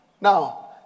Now